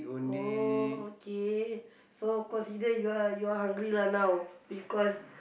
oh okay so consider you are you are hungry lah now because